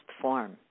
form